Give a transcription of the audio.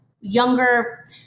younger